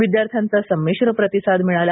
विद्यार्थ्यांचा संमिश्र प्रतिसाद मिळाला